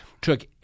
Took